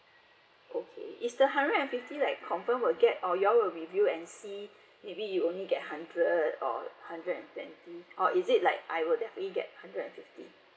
okay it's a hundred and fifty like confirm will get or your will review and see maybe you only get hundred or hundred and twenty or is it like I would definitely get hundred and fifty